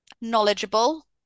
knowledgeable